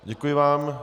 Děkuji vám.